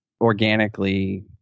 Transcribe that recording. organically